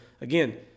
again